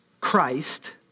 Christ